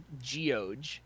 Geoge